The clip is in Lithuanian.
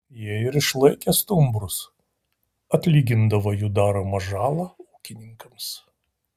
jie ir išlaikė stumbrus atlygindavo jų daromą žalą ūkininkams